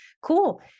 Cool